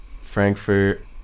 Frankfurt